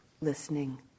listening